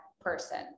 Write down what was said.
person